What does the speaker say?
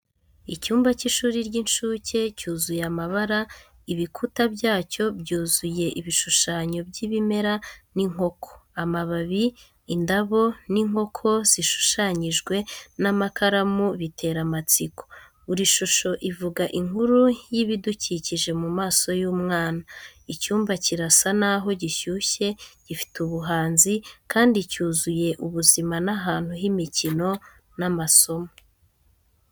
Icyumba cy'ishuri ry'incuke cyuzuye amabara, ibikuta byacyo byuzuye ibishushanyo by'ibimera n’inkoko. Amababi, indabo, n’inkoko zishushanyijwe n’amakaramu bitera amatsiko. Buri shusho ivuga inkuru y’ibidukikije mu maso y’umwana. Icyumba kirasa naho gishyushye, gifite ubuhanzi, kandi cyuzuye ubuzima n'ahantu h’imikino n’amasomo.